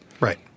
Right